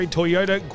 Toyota